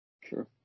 Sure